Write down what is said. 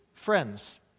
Friends